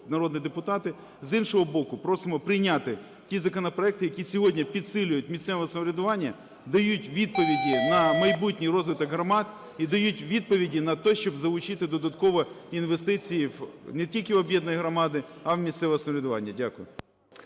народні депутати. З іншого боку, просимо прийняти ті законопроекти, які сьогодні підсилюють місцеве самоврядування, дають відповіді на майбутній розвиток громад і дають відповіді на те, щоб залучити додатково інвестиції не тільки в об'єднані громади, а й у місцеве самоврядування. Дякую.